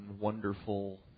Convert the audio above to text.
wonderful